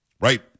Right